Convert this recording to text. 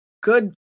good